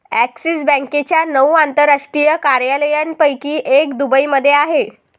axis बँकेच्या नऊ आंतरराष्ट्रीय कार्यालयांपैकी एक दुबईमध्ये आहे